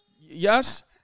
Yes